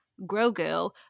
Grogu